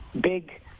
big